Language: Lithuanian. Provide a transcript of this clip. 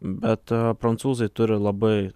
bet prancūzai turi labai